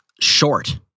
short